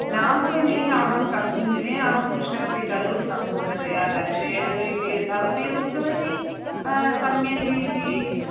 न भगिनी अहं तस्मिन्दिने अहं पृष्टवती खलु सम्पूर्णतया दर्शयतु इति भवती उक्तवती सम्यक् इति